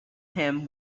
him